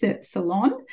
salon